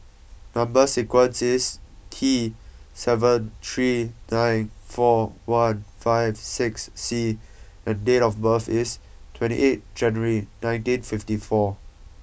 number sequence is T seven three nine four one five six C and date of birth is twenty eight January nineteen fifty four